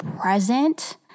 present